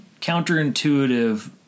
counterintuitive